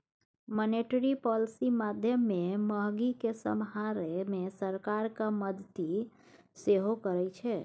monetary policy माध्यमे महगी केँ समहारै मे सरकारक मदति सेहो करै छै